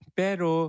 pero